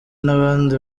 n’abandi